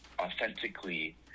authentically